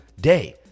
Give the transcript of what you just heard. day